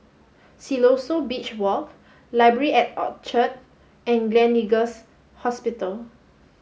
Siloso Beach Walk Library at Orchard and Gleneagles Hospital